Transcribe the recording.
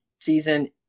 season